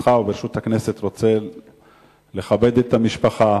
ברשותך וברשות הכנסת אני רוצה לכבד את המשפחה,